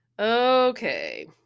Okay